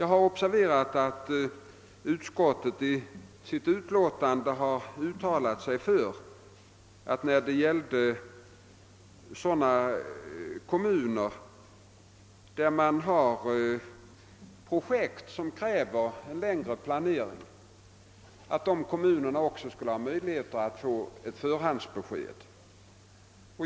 Jag har observerat att utskottet i sitt utlåtande har uttalat sig för att kommuner med projekt som kräver en längre planering bör få möjligheter att erhålla förhandsbesked.